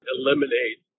eliminate